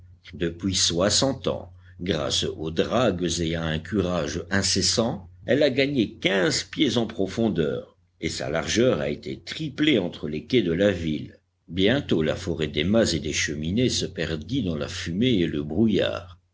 depuis soixante ans grâce aux dragues et à un curage incessant elle a gagné quinze pieds en profondeur et sa largeur a été triplée entre les quais de la ville bientôt la forêt des mâts et des cheminées se perdit dans la fumée et le brouillard